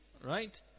Right